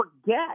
forget